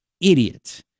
idiot